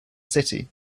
city